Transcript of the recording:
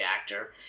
actor